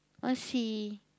want see